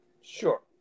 Sure